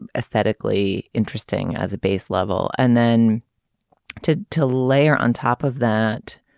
ah aesthetically interesting as a base level and then to to layer on top of that